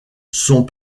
sont